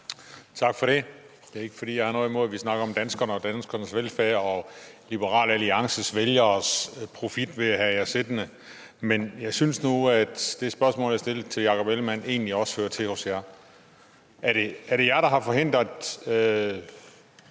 Tak for det. Det er ikke, fordi jeg har noget imod, at vi snakker om danskerne og danskernes velfærd og Liberal Alliances vælgeres profit ved at have jer siddende. Men jeg synes nu, at det spørgsmål, jeg stillede hr. Jakob Ellemann-Jensen, egentlig også bør rettes til jer: Er det jer, der har forhindret,